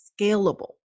scalable